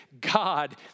God